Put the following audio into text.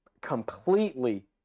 completely